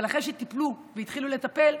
אבל אחרי שטיפלו והתחילו לטפל,